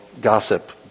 gossip